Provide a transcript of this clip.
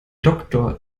doktor